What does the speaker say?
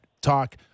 talk